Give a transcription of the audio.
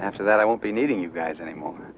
after that i won't be needing you guys anymore